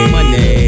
Money